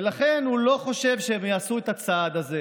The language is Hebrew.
ולכן הוא לא חושב שהם יעשו את הצעד הזה.